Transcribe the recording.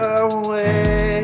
away